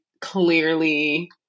clearly